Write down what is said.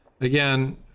again